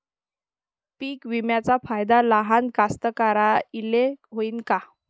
पीक विम्याचा फायदा लहान कास्तकाराइले होईन का?